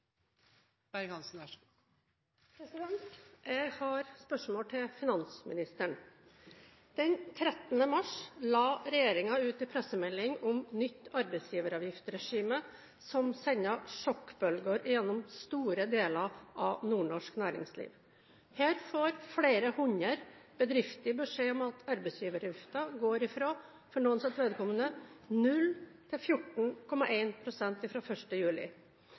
Jeg har et spørsmål til finansministeren. Den 13. mars la regjeringen ut en pressemelding om nytt arbeidsgiveravgiftregime som sendte sjokkbølger gjennom store deler av nordnorsk næringsliv. Her får flere hundre bedrifter beskjed om at arbeidsgiveravgiften går – for noens vedkommende fra 0 – opp til 14,1 pst. fra 1. juli. Nord-Norge får her en